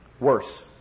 Worse